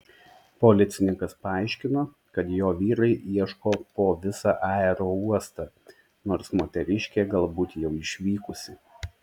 policininkas paaiškino kad jo vyrai ieško po visą aerouostą nors moteriškė galbūt jau išvykusi